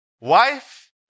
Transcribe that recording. wife